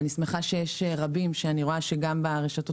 אני שמחה שיש רבים שאני רואה שגם ברשתות